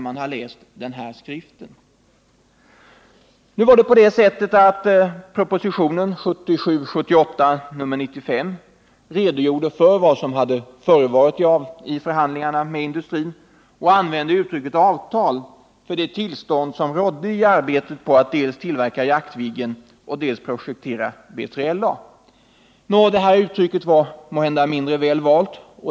I propositionen 1977/78:95 redogjordes för vad som förevarit i förhandlingarna med industrin, och därvid användes uttrycket ”avtal” för det tillstånd som då rådde i fråga om arbetet på att dels tillverka Jaktviggen, dels projektera B3LA. Detta uttryck var måhända mindre väl valt.